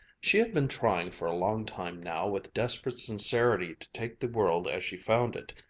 she had been trying for a long time now with desperate sincerity to take the world as she found it,